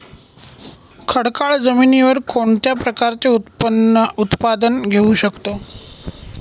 खडकाळ जमिनीवर कोणत्या प्रकारचे उत्पादन घेऊ शकतो?